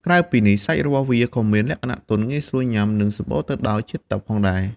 ក្រៅពីនេះ សាច់របស់វាក៏មានលក្ខណៈទន់ ងាយស្រួលញ៉ាំ និងសម្បូរទៅដោយជាតិទឹក ផងដែរ។